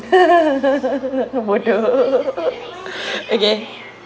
bodoh okay